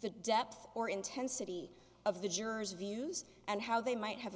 the depth or intensity of the jurors views and how they might have